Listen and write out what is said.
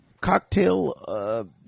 cocktail